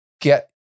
get